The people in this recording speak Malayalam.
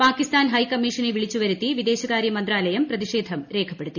പാകിസ്ഥാൻ ഹൈക്കമ്മീഷനെ വിളിച്ചുവരുത്തി വിദേശകാര്യ മന്ത്രാലയം പ്രതിഷേധം രേഖപ്പെടുത്തി